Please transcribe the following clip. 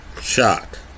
shot